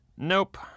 Nope